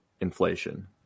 inflation